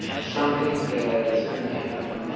something bad is going to happen.